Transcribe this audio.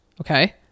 Okay